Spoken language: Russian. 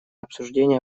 обсуждение